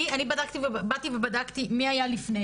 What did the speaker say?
אני באתי ובדקתי מי היה לפני